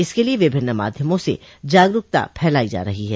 इसके लिये विभिन्न माध्यमों से जागरूकता फैलाई जा रही है